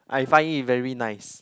I find it very nice